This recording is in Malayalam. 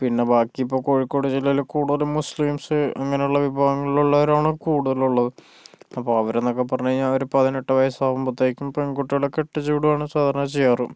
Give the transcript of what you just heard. പിന്നെ ബാക്കി ഇപ്പം കോഴിക്കോട് ജില്ലയില് കൂടുതലും മുസ്ലിംസ് അങ്ങനൊള്ള വിഭാഗങ്ങളിലൊള്ളവരാണ് കൂടുതലും ഉള്ളത് അപ്പൊൾ അവരെന്നൊക്കെ പറഞ്ഞുകഴിഞ്ഞാൽ അവര് പതിനെട്ട് വയസ്സാവുമ്പൊത്തേക്കും പെൺകുട്ടികളെ കെട്ടിച്ച് വിടവാണ് സാധാരണ ചെയ്യാറ്